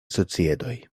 societoj